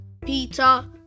peter